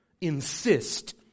Insist